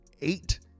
eight